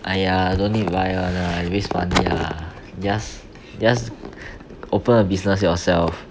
!aiya! don't need to buy [one] lah you waste money lah just just open a business yourself